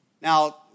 Now